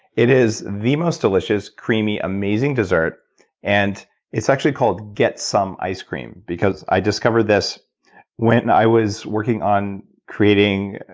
it is the most delicious creamy, amazing dessert and it's actually called get some ice cream because i discovered this when i was working on creating,